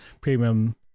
premium